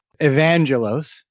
Evangelos